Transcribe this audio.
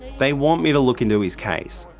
they want me to look into his case.